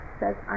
says